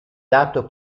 dato